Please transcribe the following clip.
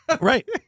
Right